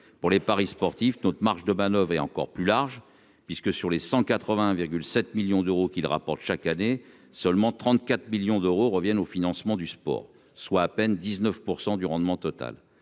pour les paris sportifs, notre marge de manoeuvre est encore plus large, puisque sur les 180 7 millions d'euros qu'il rapporte chaque année, seulement 34 millions d'euros reviennent au financement du sport, soit à peine 19 % du rendement total